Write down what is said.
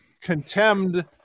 contemned